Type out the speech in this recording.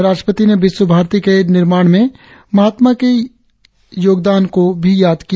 राष्ट्रपति ने विश्व भारती के निर्माण में महात्मा के योगदान को भी याद किया